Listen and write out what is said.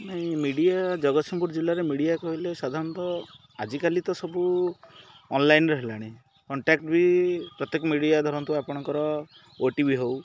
ନାଇଁ ମିଡ଼ିଆ ଜଗତସିଂହପୁର ଜିଲ୍ଲାରେ ମିଡ଼ିଆ କହିଲେ ସାଧାରଣତଃ ଆଜିକାଲି ତ ସବୁ ଅନଲାଇନ୍ରେ ହେଲାଣି କଣ୍ଟାକ୍ଟ ବି ପ୍ରତ୍ୟେକ ମିଡ଼ିଆ ଧରନ୍ତୁ ଆପଣଙ୍କର ଓ ଟି ଭି ହଉ